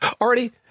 already